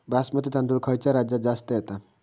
बासमती तांदूळ खयच्या राज्यात जास्त येता?